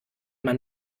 man